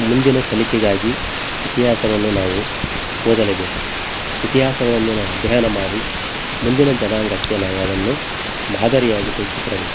ಮುಂದಿನ ಕಲಿಕೆಗಾಗಿ ಇತಿಹಾಸವನ್ನು ನಾವು ಓದಲೇಬೇಕು ಇತಿಹಾಸವನ್ನು ನಾವು ಅಧ್ಯಯನ ಮಾಡಿ ಮುಂದಿನ ಜನಾಂಗಕ್ಕೆ ನಾವು ಅದನ್ನು ಮಾದರಿಯಾಗಿ ತಿಳಿಸಿಕೊಡಬೇಕು